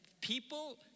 people